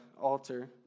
altar